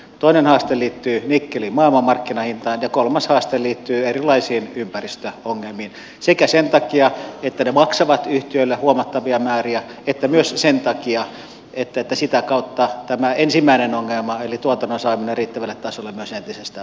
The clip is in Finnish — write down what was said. toinen haaste liittyy nikkelin maailmanmarkkinahintaan ja kolmas haaste liittyy erilaisiin ympäristöongelmiin sekä sen takia että ne maksavat yhtiölle huomattavia määriä että myös sen takia että sitä kautta tämä ensimmäinen ongelma eli tuotannon saaminen riittävälle tasolle myös entisestään vaikeutuu